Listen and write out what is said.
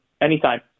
Anytime